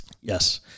Yes